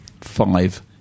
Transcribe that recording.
five